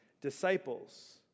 disciples